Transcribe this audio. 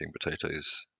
potatoes